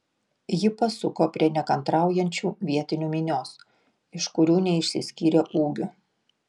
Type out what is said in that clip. ji pasuko prie nekantraujančių vietinių minios iš kurių neišsiskyrė ūgiu